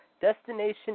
Destination